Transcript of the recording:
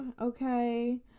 okay